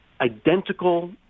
identical